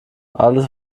alles